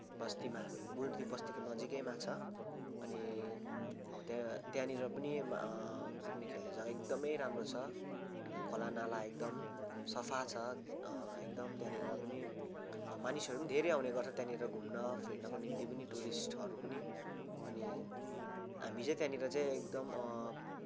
बस्तीमा मुर्ति बस्ती नजिकैमा छ अनि हो त्यहाँ त्यहाँनिर पनि पिकनिक खेल्ने जग्गा एकदमै राम्रो छ खोला नाला एकदम सफा छ एकदम त्यहाँनिर पनि मानिसहरू पनि धेरै आउने गर्छ त्यहाँनिर घुम्न फिर्नको निम्ति पनि टुरिस्टहरू पनि अनि हामी चाहिँ त्यहाँनिर चाहिँ एकदम